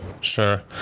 sure